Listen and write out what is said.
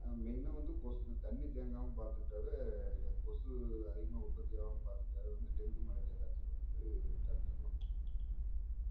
மெயினாக வந்து கொசு தண்ணி தேங்காமல் பார்த்துக்கிட்டாவே கொசு அதிகமாக உற்பத்தி ஆகாமல் பார்த்துக்கிட்டாவே வந்து டெங்கு மலேரியா காய்ச்சல் வந்து தடுத்துடலாம்